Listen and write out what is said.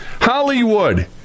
Hollywood